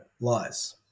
lies